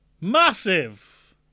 Massive